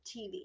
TV